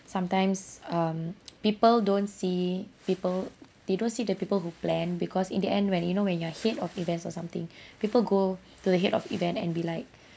sometimes um people don't see people they don't see the people who plan because in the end when you know when you're head of events or something people go to the head of event and be like